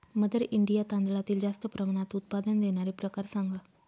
mother India तांदळातील जास्त प्रमाणात उत्पादन देणारे प्रकार सांगा